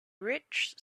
rich